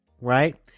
right